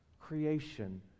Creation